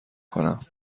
کنم